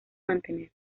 mantener